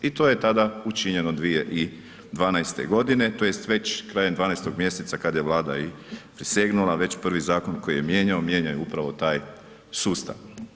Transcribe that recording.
I to je tada učinjeno 2012. godine tj. već krajem 12. mjeseca kada je vlada i prisegnula već prvi zakon koji je mijenjan, mijenjao je upravo taj sustav.